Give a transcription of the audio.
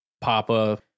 Papa